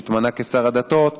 שהתמנה לשר הדתות,